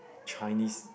Chinese